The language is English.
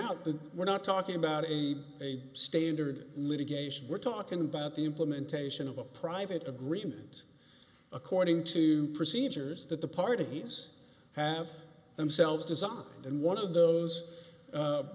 out that we're not talking about a a standard litigation we're talking about the implementation of a private agreement according to procedures that the parties have themselves designed and one of those